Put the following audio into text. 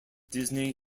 disney